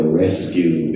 rescue